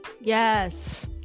Yes